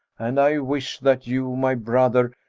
and i wish that you, my brother,